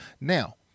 Now